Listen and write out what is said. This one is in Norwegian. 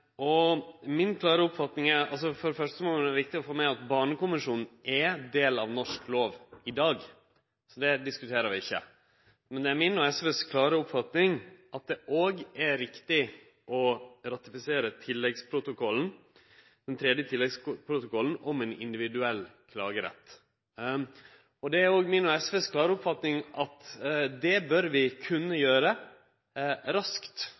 og kunne følgje opp dei rettane. Det må vere viktig å ta med seg at Barnekonvensjonen er ein del av norsk lov i dag, så det diskuterer vi ikkje. Men det er mi og SVs klare oppfatning at det òg er riktig å ratifisere den tredje tilleggsprotokollen om ein individuell klagerett. Det er òg mi og SVs klare oppfatning at det bør vi kunne gjere raskt,